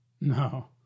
No